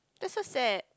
that's so sad